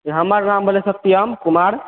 हमर नाम भेले सर श्याम कुमार